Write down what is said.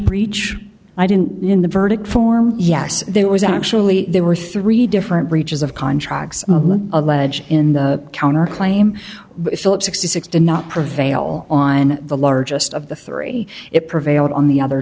breach i didn't in the verdict form yes there was actually there were three different breaches of contracts alleged in the counter claim that sixty six did not prevail on the largest of the three it prevailed on the other